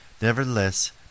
Nevertheless